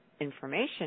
information